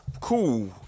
Cool